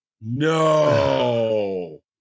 No